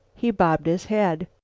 he bobbed his head.